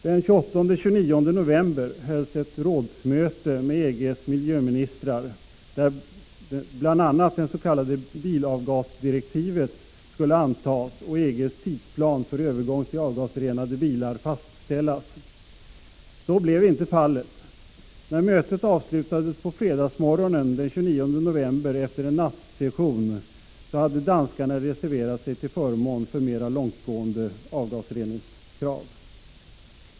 Den 28-29 november hölls ett rådsmöte med EG:s miljöministrar, där bl.a. det s.k. bilavgasdirektivet skulle antas och EG:s tidsplan för övergång till avgasrenade bilar fastställas. Så blev inte fallet. När mötet efter en nattsession avslutades på fredagsmorgonen den 29 november hade danskarna reserverat sig till förmån för mera långtgående avgasreningskrav.